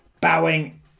Bowing